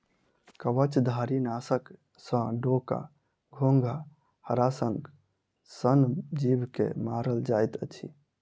कवचधारीनाशक सॅ डोका, घोंघी, हराशंख सन जीव के मारल जाइत अछि